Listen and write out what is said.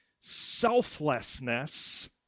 selflessness